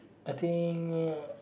I think uh